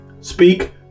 speak